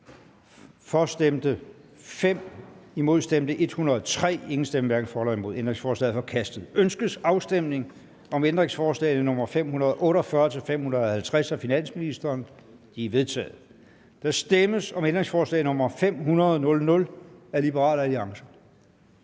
for eller imod stemte 0. Ændringsforslaget er forkastet. Ønskes afstemning om ændringsforslag nr. 548-550 af finansministeren? De er vedtaget. Der stemmes om ændringsforslag nr. 500 af Liberal Alliance.